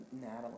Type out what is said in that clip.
Natalie